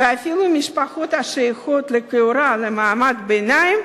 ואפילו משפחות השייכות לכאורה למעמד הביניים,